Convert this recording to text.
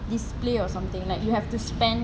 display or something like you have to spend